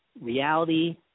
Reality